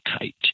kite